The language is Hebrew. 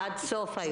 עד סוף היום.